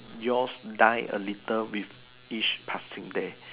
yours die a little with each passing day